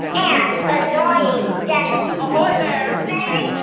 and annoying dennis ahoy there thanks